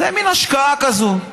זאת מין השקעה כזאת.